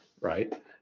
right